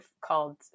called